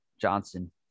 Johnson